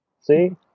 see